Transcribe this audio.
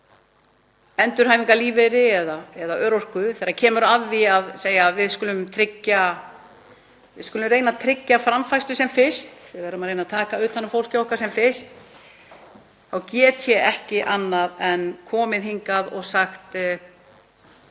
endurhæfingarlífeyri eða örorku, þegar kemur að því að segja að við skulum reyna að tryggja framfærslu sem fyrst, reyna að taka utan um fólkið okkar sem fyrst, þá get ég ekki annað en komið hingað og sagt: